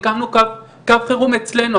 הקמנו קו חירום אצלנו,